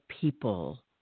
people